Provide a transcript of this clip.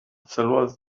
sylwodd